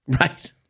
Right